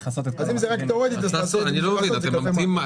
סך סכומי החיוב במס החלים על בעל רכב,